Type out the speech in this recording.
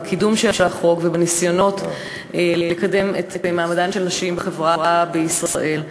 בקידום של החוק ובניסיונות לקדם את מעמדן של נשים בחברה בישראל.